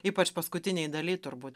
ypač paskutinėj daly turbūt